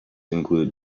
include